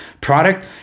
product